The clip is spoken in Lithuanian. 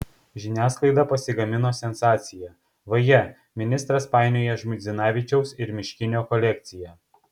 žiniasklaida pasigamino sensaciją vaje ministras painioja žmuidzinavičiaus ir miškinio kolekciją